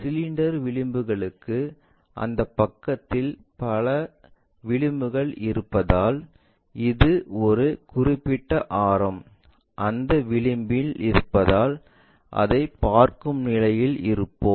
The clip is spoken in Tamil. சிலிண்டர் விளிம்புகளுக்கு அந்த பக்கத்தில் பல விளிம்புகள் இருப்பதால் அது ஒரு குறிப்பிட்ட ஆரம் அந்த விளிம்பில் இருப்பதால் அதைப் பார்க்கும் நிலையில் இருப்போம்